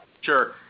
Sure